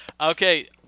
Okay